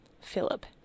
Philip